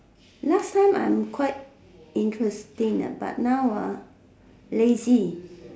last time I'm quite interesting but now lazy